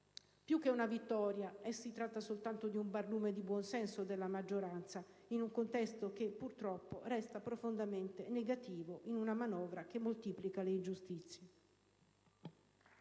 Più che di una vittoria, si tratta soltanto di un barlume di buon senso della maggioranza, in un contesto che purtroppo resta profondamente negativo in una manovra che moltiplica le ingiustizie.